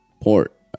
port